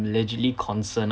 legitly concern